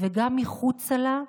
וגם מחוצה לה,